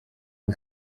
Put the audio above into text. yng